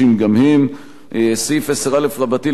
סעיף 10א רבתי לפקודת סדרי השלטון והמשפט,